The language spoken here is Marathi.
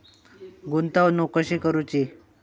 गुंतवणूक कशी करूची?